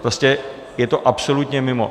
Prostě je to absolutně mimo!